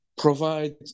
Provide